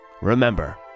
Remember